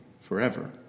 forever